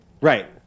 Right